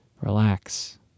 Relax